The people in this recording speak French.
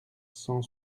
cent